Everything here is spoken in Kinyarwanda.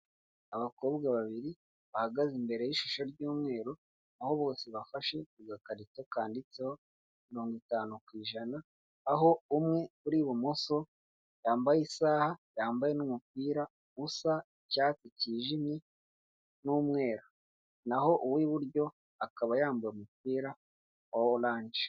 Abakobwa babiri bahagaze imbere y'ishusho ry'umweru aho bose bafashe agakarito kanditseho mirongo itanu ku ijana, aho umwe uri ibumoso yambaye isaha yambaye n'umupira usa icyatsi kijimye n'umweru naho uw'iburyo akaba yambaye umupira wa oranje.